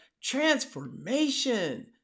transformation